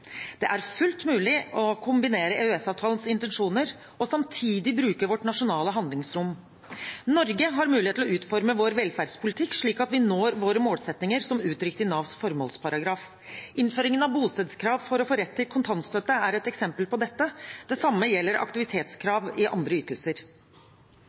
Det er fullt mulig å kombinere EØS-avtalens intensjoner med samtidig å bruke vårt nasjonale handlingsrom. Norge har mulighet til å utforme sin velferdspolitikk slik at vi når de målsettingene som er uttrykt i Navs formålsparagraf. Innføringen av bostedskrav for å få rett til kontantstøtte er et eksempel på dette. Det samme gjelder